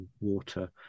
water